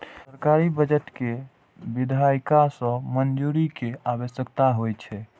सरकारी बजट कें विधायिका सं मंजूरी के आवश्यकता होइ छै